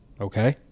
Okay